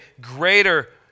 greater